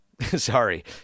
sorry